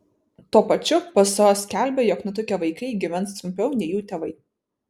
tuo pačiu pso skelbia jog nutukę vaikai gyvens trumpiau nei jų tėvai